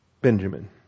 Benjamin